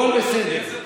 הכול בסדר.